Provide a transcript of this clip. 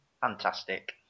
fantastic